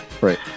Right